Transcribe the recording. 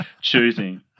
choosing